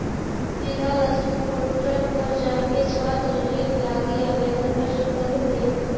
तु विद्या लक्ष्मी पोर्टल पर जाके छात्र ऋण लागी आवेदन कर सकलहुं हे